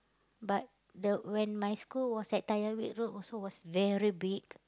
but the when my school was at Tyrwhitt-Road also was very big